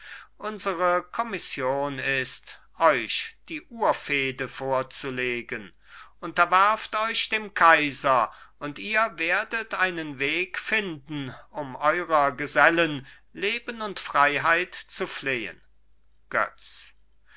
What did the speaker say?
unsere kommission ist euch die urfehde vorzulegen unterwerft euch dem kaiser und ihr werdet einen weg finden um eurer gesellen leben und freiheit zu flehen götz